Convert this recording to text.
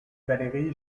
valéry